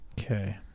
Okay